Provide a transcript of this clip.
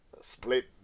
split